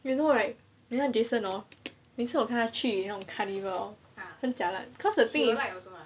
you know right 你看 jason hor 每次我看他去那种 carnival hor 很 jialat cause the thing is